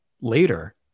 later